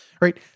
right